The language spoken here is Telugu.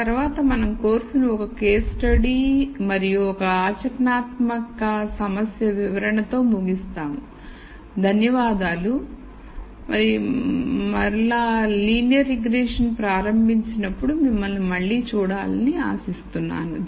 ఆ తర్వాత మనం కోర్సును ఒక కేస్ స్టడీ మరియు ఒక ఆచరణాత్మక సమస్య వివరణతో ముగిస్తాము ధన్యవాదాలు మరియు లీనియర్ రిగ్రెషన్ ప్రారంభించినప్పుడు మిమ్మల్ని మళ్ళీ చూడాలని ఆశిస్తున్నాను